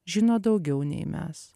žino daugiau nei mes